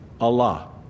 Allah